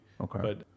Okay